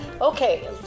okay